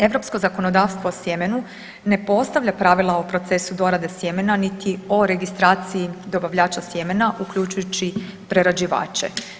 Europsko zakonodavstvo o sjemenu ne postavlja pravila o procesu dorade sjemena niti o registraciji dobavljača sjemena, uključujući prerađivače.